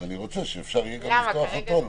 שאפשר יהיה לפתוח גם אותו,